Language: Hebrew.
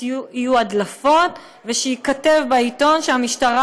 שיהיו הדלפות ושייכתב בעיתון שהמשטרה